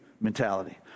mentality